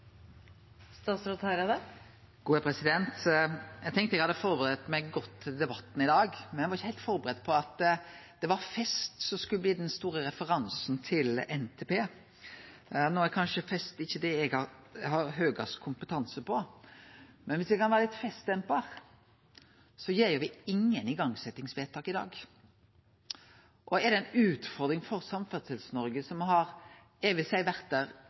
Eg tenkte at eg hadde forberedt meg godt til debatten i dag, men var ikkje heilt forberedt på at det var fest som skulle bli den store referansen til NTP. No er kanskje fest ikkje det eg har høgast kompetanse på, men dersom eg kan vere litt festdempar, så gjer me altså ingen igangsetjingsvedtak i dag. Er det ei utfordring for Samferdsels-Noreg som eg vil seie har vore der